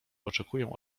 oczekuję